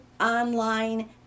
online